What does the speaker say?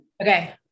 okay